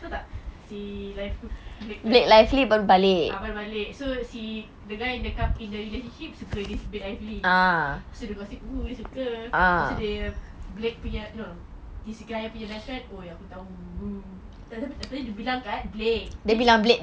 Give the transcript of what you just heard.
betul tak si live wood blake lively ah baru balik so si the guy in the relationship suka this blake lively lepas itu dia gossip oh suka lepas itu dia blake punya eh no no this guy punya best friend oh aku tahu oh tapi dia bilang kan blake